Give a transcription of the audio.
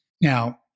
Now